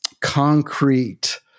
concrete